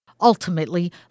Ultimately